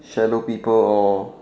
shallow people or